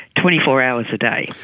twenty four hours a day.